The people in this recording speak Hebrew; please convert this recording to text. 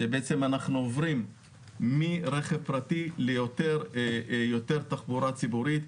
שבעצם אנחנו עוברים מרכב פרטי ליותר תחבורה ציבורית,